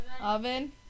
Oven